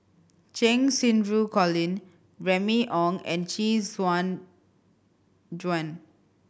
Cheng Xinru Colin Remy Ong and Chee Juan